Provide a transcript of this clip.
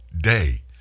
day